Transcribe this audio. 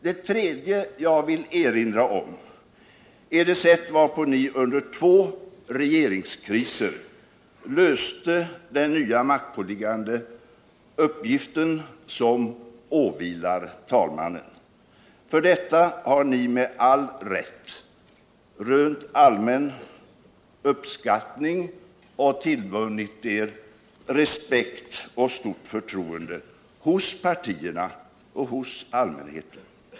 Det tredje jag vill erinra om är det sätt varpå ni under två regeringskriser löste den nya maktpåliggande uppgiften som åvilar talmannen. För detta har ni med all rätt rönt allmän uppskattning och tillvunnit er respekt och stort förtroende hos partierna och hos allmänheten.